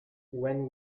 when